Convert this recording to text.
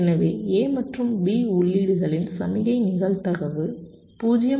எனவே A மற்றும் B உள்ளீடுகளின் சமிக்ஞை நிகழ்தகவு 0